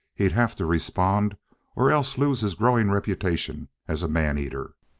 he'd have to respond or else lose his growing reputation as a maneater.